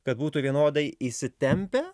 kad būtų vienodai įsitempę